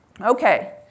Okay